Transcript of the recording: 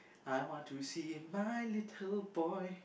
I want to see my little boy